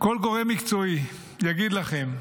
כל גורם מקצועי יגיד לכם,